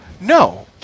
No